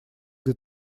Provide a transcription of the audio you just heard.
для